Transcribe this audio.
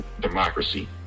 democracy